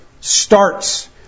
starts